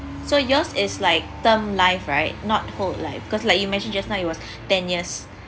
so yours is like term life right not whole life because like you mention just now it was ten years